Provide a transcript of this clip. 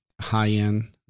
high-end